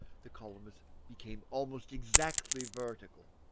the columns became almost exactly vertical.